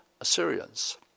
Assyrians